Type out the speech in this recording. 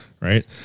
Right